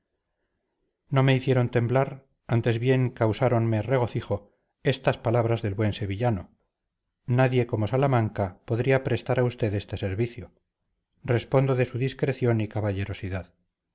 no me hicieron temblar antes bien causáronme regocijo estas palabras del buen sevillano nadie como salamanca podría prestar a usted este servicio respondo de su discreción y caballerosidad